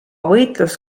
võitlus